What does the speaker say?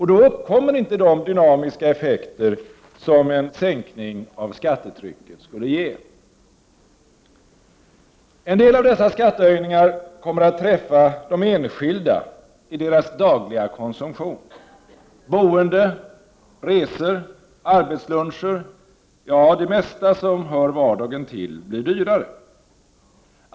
Då uppkommer inte de dynamiska effekter som en sänkning av skattetrycket skulle ge. En del av dessa skattehöjningar kommer att träffa de enskilda i deras dagliga konsumtion. Boende, resor, arbetsluncher — ja, det mesta som hör vardagen till blir dyrare.